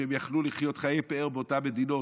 שיכלו לחיות חיי פאר באותן מדינות,